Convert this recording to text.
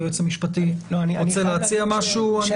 היועץ המשפטי רוצה להציע משהו.